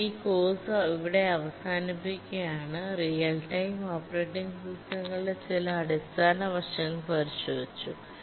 ഇത് ഈ കോഴ്സ് ഇവിടെ അവസാനിപ്പിക്കുകയാണ് റിയൽ ടൈം ഓപ്പറേറ്റിംഗ് സിസ്റ്റങ്ങളുടെ ചില അടിസ്ഥാന വശങ്ങൾ പരിശോധിച്ചു